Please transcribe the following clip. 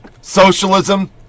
Socialism